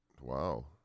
wow